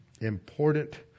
important